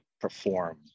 perform